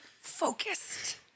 focused